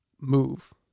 move